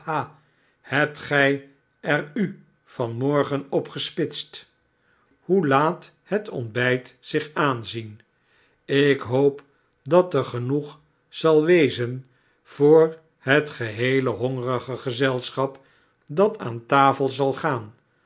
hebt gij er u van morgen op gespitst hoe laat het ontbijt zich aanzien ik hoop dat ergenoeg zal wezen voor het geheele hongerige gezelschap dat aan tafel zal gaan